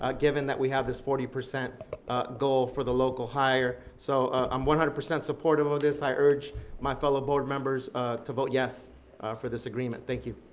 ah given that we have this forty percent goal for the local hire. so i'm one hundred percent supportive of this. i urge my fellow board members to vote yes for this agreement. thank you.